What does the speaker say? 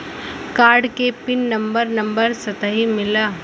Card के pin number number साथही मिला?